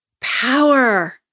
power